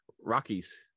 Rockies